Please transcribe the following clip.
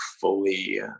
fully